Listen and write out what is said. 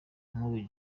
nk’uyu